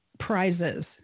Prizes